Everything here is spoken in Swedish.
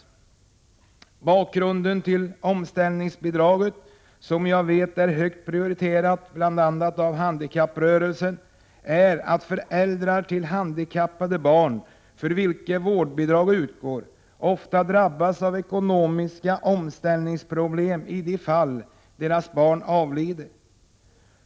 Bakgrunden till omställningsbidraget — som jag vet är högt prioriterat av bl.a. handikapprörelsen — är att föräldrar till handikappade barn för vilka vårdbidrag utgår ofta drabbas av ekonomiska omställningsproblem i de fall deras barn avlider.